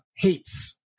Hates